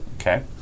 Okay